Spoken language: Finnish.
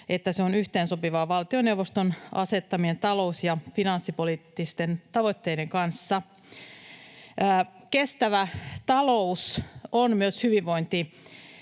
ohjaus on yhteensopivaa valtioneuvoston asettamien talous‑ ja finanssipoliittisten tavoitteiden kanssa. Kestävä talous on myös hyvinvointipalvelujen